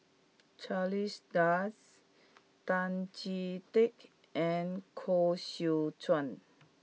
Charles Dyce Tan Chee Teck and Koh Seow Chuan